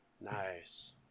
Nice